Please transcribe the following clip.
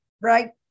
right